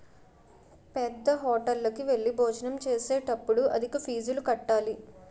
పేద్దహోటల్లోకి వెళ్లి భోజనం చేసేటప్పుడు అధిక ఫీజులు కట్టాలి